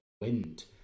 wind